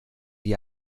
die